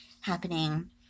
happening